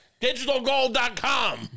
digitalgold.com